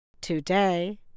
Today